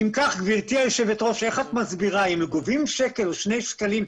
אם גובים עבורם שקל או 2 שקלים,